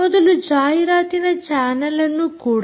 ಮೊದಲು ಜಾಹಿರಾತಿನ ಚಾನಲ್ಅನ್ನು ಕೂಡ 4